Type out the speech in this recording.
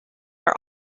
are